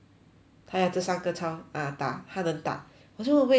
她要这三个超 ah 打她能打我说为什么要打